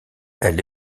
elle